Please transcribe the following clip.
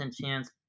chance